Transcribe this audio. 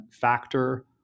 factor